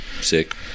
Sick